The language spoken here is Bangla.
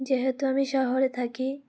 যেহেতু আমি শহরে থাকি